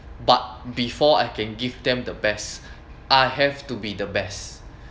but before I can give them the best I have to be the best